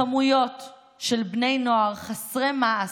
כמויות של בני נוער חסרי מעש,